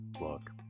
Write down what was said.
Look